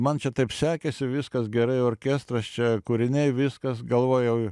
man čia taip sekėsi viskas gerai orkestras čia kūriniai viskas galvojau